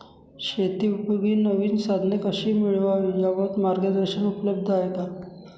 शेतीउपयोगी नवीन साधने कशी मिळवावी याबाबत मार्गदर्शन उपलब्ध आहे का?